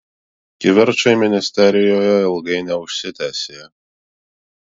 kivirčai ministerijoje ilgai neužsitęsė